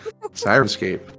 Sirenscape